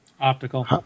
Optical